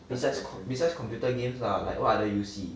besides besides computer games lah like what other 游戏